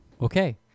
okay